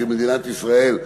כמדינת ישראל,